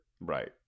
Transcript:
Right